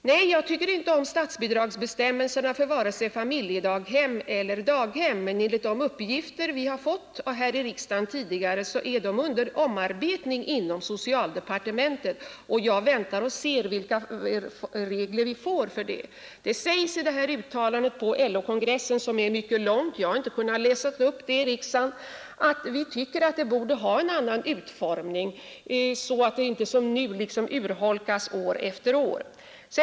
Nej, jag tycker inte om statsbidragsreglerna för vare sig familjedaghem eller daghem, men enligt de uppgifter vi har fått i riksdagen är de under omarbetning inom socialdepartementet, och jag väntar och ser vilka regler vi får. Det sägs i uttalandet på LO-kongressen, som var mycket långt — jag har inte kunnat läsa upp det i kammaren — att vi tycker att bestämmelserna borde ha en annan utformning så att inte bidraget som nu liksom urholkas år efter år.